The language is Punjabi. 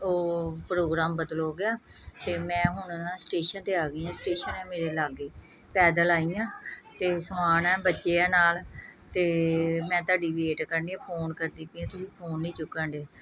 ਉਹ ਪ੍ਰੋਗਰਾਮ ਬਦਲ ਹੋ ਗਿਆ ਅਤੇ ਮੈਂ ਹੁਣ ਨਾ ਸਟੇਸ਼ਨ 'ਤੇ ਆ ਗਈ ਹਾਂ ਸਟੇਸ਼ਨ ਹੈ ਮੇਰੇ ਲਾਗੇ ਪੈਦਲ ਆਈ ਹਾਂ ਅਤੇ ਸਮਾਨ ਹੈ ਬੱਚੇ ਹੈ ਨਾਲ ਅਤੇ ਮੈਂ ਤੁਹਾਡੀ ਵੇਟ ਕਰਨ ਡਈ ਹਾਂ ਫੋਨ ਕਰਦੀ ਪਈ ਤੁਸੀਂ ਫੋਨ ਨਹੀਂ ਚੁੱਕਣ ਡੇ